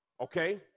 Okay